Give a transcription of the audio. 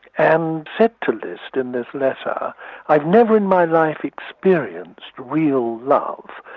and said to liszt in this letter i've never in my life experienced real love,